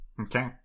Okay